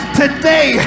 today